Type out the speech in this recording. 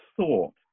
thought